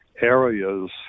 areas